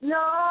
no